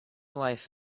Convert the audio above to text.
life